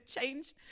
change